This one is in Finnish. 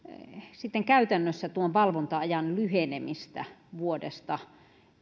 käytännössä tuon valvonta ajan lyhenemistä vuodesta